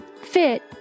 fit